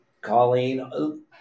Colleen